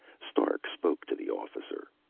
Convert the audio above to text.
stark spoke to the officer.